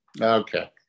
okay